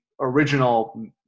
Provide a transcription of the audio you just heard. original